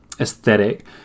aesthetic